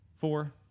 Four